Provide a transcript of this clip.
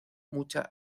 mucha